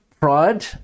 pride